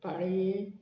पाळये